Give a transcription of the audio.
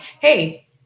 hey